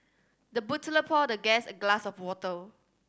the butler poured the guest a glass of water